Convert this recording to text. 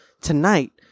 tonight